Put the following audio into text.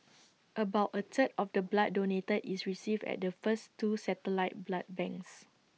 about A third of the blood donated is received at the first two satellite blood banks